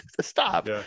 Stop